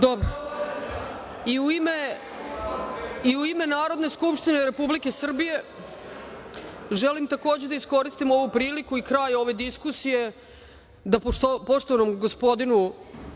ime Narodne skupštine Republike Srbije želim takođe da iskoristim ovu priliku i kraj ove diskusije da poštovanom gospodinu